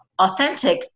authentic